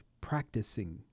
practicing